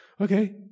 Okay